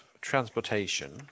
transportation